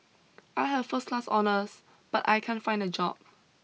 I have first class honours but I can't find a job